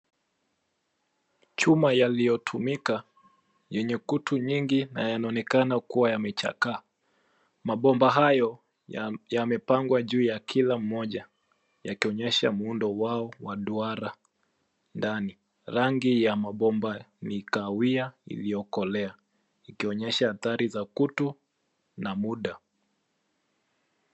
Chuma yaliyotumika yenye kutu nyingi na yanaonekana kuwa yamechakaa. Mabomba hayo yamepangwa juu ya kila moja yakionyesha muundo wao wa duara ndani. Rangi ya mabomba ni kahawia iliyokolea ikionyesha athari za kutu na muda.